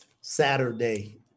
Saturday